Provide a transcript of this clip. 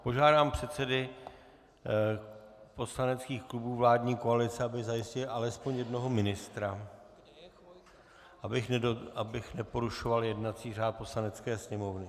Požádám předsedy poslaneckých klubů vládní koalice, aby zajistili alespoň jednoho ministra, abych neporušoval jednací řád Poslanecké sněmovny.